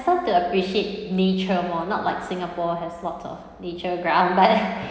felt to appreciate nature more not like singapore has lots of nature ground but